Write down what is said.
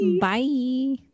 Bye